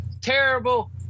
terrible